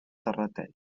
terrateig